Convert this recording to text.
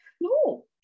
no